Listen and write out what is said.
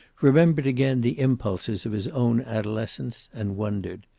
remembered again the impulses of his own adolescence, and wondered.